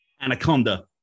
Anaconda